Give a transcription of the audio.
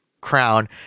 crown